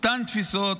אותן תפיסות,